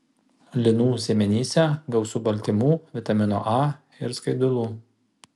linų sėmenyse gausu baltymų vitamino a ir skaidulų